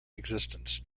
existence